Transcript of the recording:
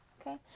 okay